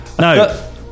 No